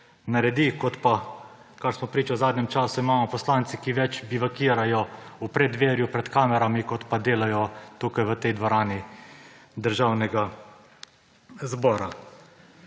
naredi, kot pa to, čemur smo priča v zadnjem času – imamo poslance, ki več bivakirajo v preddverju pred kamerami, kot pa delajo tukaj v tej dvorani Državnega zbora.